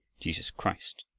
jesus christ.